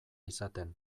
izaten